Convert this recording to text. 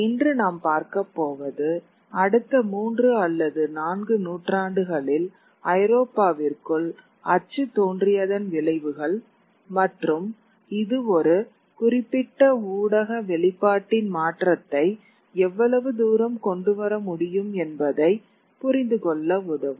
இன்று நாம் பார்க்கப்போவது அடுத்த 3 அல்லது 4 நூற்றாண்டுகளில் ஐரோப்பாவிற்குள் அச்சு தோன்றியதன் விளைவுகள் மற்றும் இது ஒரு குறிப்பிட்ட ஊடக வெளிப்பாட்டின் மாற்றத்தை எவ்வளவு தூரம் கொண்டு வர முடியும் என்பதைப் புரிந்துகொள்ள உதவும்